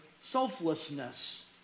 Selflessness